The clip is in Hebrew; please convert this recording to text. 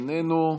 איננו,